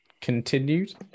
continued